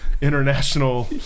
International